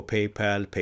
Paypal